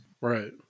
Right